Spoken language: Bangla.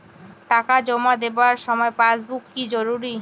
টাকা জমা দেবার সময় পাসবুক কি জরুরি?